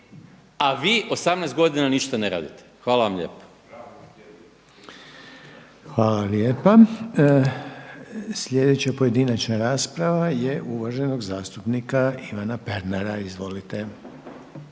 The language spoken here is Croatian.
a vi 18 godina ništa ne radite. Hvala vam lijepa. **Reiner, Željko (HDZ)** Hvala lijepa. Sljedeća pojedinačna rasprava je uvaženog zastupnika Ivana Pernara. Izvolite.